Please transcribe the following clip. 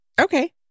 Okay